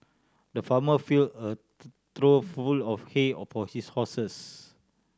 the farmer filled a trough full of hay for his horses